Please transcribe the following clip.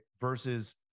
versus